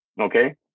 okay